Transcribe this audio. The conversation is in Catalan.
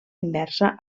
inversa